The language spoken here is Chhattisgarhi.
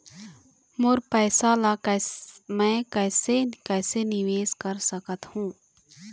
मोर पैसा ला मैं कैसे कैसे निवेश कर सकत हो?